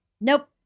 Nope